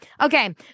okay